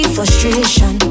Frustration